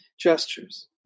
gestures